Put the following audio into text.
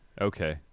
okay